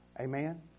Amen